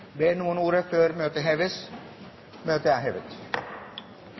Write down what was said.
Ber noen om ordet før møtet heves? – Møtet er hevet.